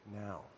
now